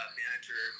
manager